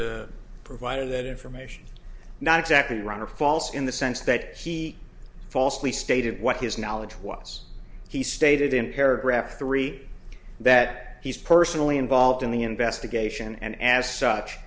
provided that information not exactly right or false in the sense that he falsely stated what his knowledge was he stated in paragraph three that he's personally involved in the investigation and as such